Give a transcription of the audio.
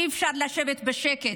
אי-אפשר לשבת בשקט.